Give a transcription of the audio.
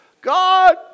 God